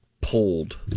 pulled